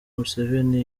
museveni